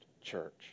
Church